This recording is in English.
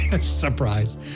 Surprise